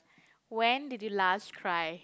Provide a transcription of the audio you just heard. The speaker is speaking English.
when did you last cry